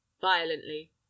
violently